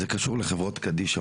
זה קשור לחברות קדישא,